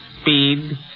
Speed